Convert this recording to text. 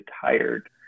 tired